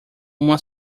uma